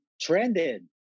trended